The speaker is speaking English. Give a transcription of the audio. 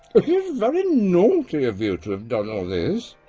ah yeah very naughty of you to have done all this.